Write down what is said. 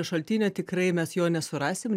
šaltinio tikrai mes jo nesurasim